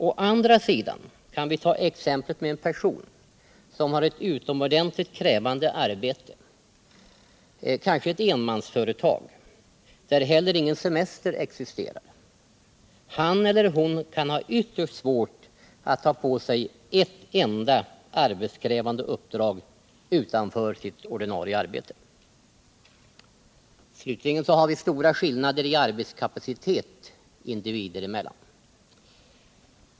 Å andra sidan kan vi ta exemplet med en person som har ett utomordentligt krävande arbete, kanske i ett enmansföretag, där heller ingen semester existerar. Han eller hon kan ha ytterst svårt att ta på sig ett enda arbetskrävande uppdrag utanför sitt ordinarie arbete. Slutligen finns det stora skillnader i arbetskapacitet individer emellan.